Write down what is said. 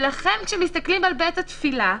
ולכן כשמסתכלים על בית התפילה,